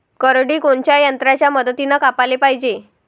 करडी कोनच्या यंत्राच्या मदतीनं कापाले पायजे?